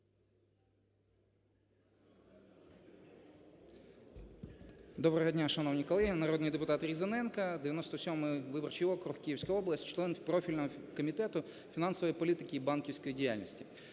Доброго дня, шановні колеги. Народний депутат Різаненко, 97 виборчий округ, Київська область, член профільного Комітету фінансової політики і банківської діяльності.